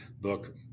book